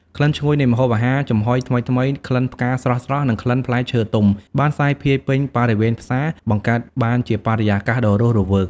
ក្លិនឈ្ងុយនៃម្ហូបអាហារចំហុយថ្មីៗ ក្លិនផ្កាស្រស់ៗ និងក្លិនផ្លែឈើទុំ បានសាយភាយពេញបរិវេណផ្សារ បង្កើតបានជាបរិយាកាសដ៏រស់រវើក។